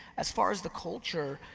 as far as the culture,